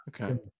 Okay